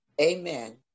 Amen